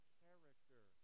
character